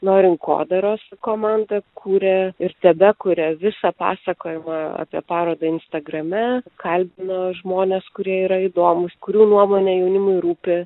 na o rinkodaros komanda kūrė ir tebekuria visą pasakojimą apie parodą instagrame kalbino žmones kurie yra įdomūs kurių nuomonė jaunimui rūpi